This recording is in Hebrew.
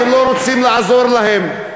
אתם לא רוצים לעזור להם,